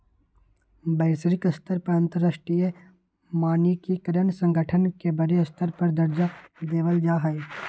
वैश्विक स्तर पर अंतरराष्ट्रीय मानकीकरण संगठन के बडे स्तर पर दर्जा देवल जा हई